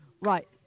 Right